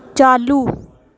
चालू